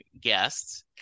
guests